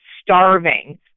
starving